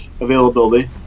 availability